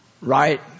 right